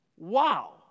Wow